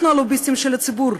אנחנו הלוביסטים של הציבור,